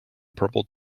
purple